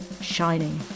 shining